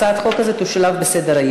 הצעת החוק הזאת תשולב בסדר-היום.